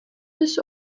this